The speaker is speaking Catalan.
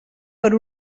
per